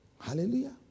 Hallelujah